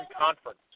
Conference